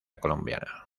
colombiana